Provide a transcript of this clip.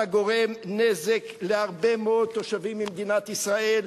אתה גורם נזק להרבה מאוד תושבים במדינת ישראל,